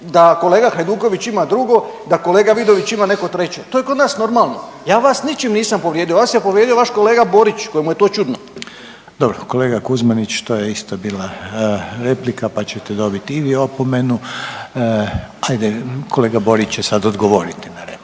da kolega Hajduković ima drugo, da kolega Vidović ima treće. To je kod nas normalno. Ja vas ničim nisam povrijedio, vas je povrijedio vaš kolega Borić kojemu je to čudno. **Reiner, Željko (HDZ)** Dobro, kolega Kuzmanić, to je isto bila replika pa ćete dobit i vi opomenu. Ajde kolega Borić će sad odgovoriti na repliku.